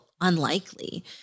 unlikely